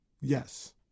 yes